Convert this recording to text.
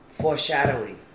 foreshadowing